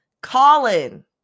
Colin